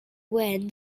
when